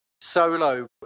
solo